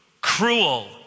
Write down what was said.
cruel